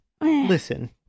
Listen